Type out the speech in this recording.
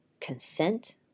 consent